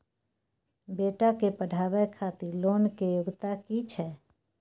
बेटा के पढाबै खातिर लोन के योग्यता कि छै